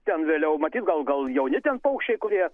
ten vėliau matyt gal gal jauni ten paukščiai kurie